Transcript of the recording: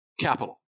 capital